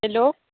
hello